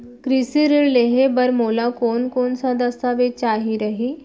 कृषि ऋण लेहे बर मोला कोन कोन स दस्तावेज चाही रही?